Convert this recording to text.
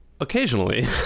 occasionally